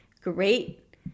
Great